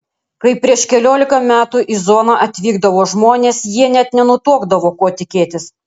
kai prieš keliolika metų į zoną atvykdavo žmonės jie net nenutuokdavo ko tikėtis